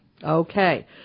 Okay